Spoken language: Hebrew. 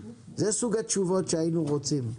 זה סוג התשובות שהיינו רוצים.